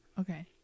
Okay